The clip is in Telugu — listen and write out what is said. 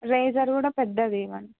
ఎరేజర్ కూడా పెద్దది ఇవ్వండి